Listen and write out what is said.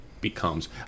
becomes